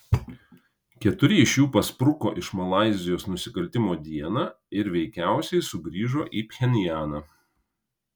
keturi iš jų paspruko iš malaizijos nusikaltimo dieną ir veikiausiai sugrįžo į pchenjaną